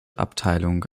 abteilung